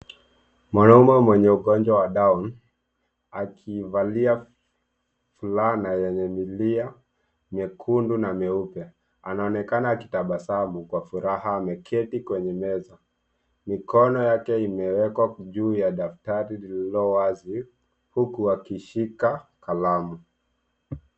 Mwanaume mwenye ugonjwa wa Down akivalia fulana yenye milia myekundu na mieupe anaonekana akitabasamu kwa furaha ameketi kwenye meza. Mikono yake imewekwa juu ya daftari lililowazi huku akishika kalamu.